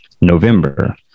November